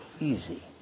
easy